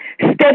Step